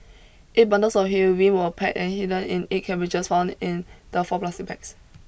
eight bundles of heroin were packed and hidden in eight cabbages found in the four plastic bags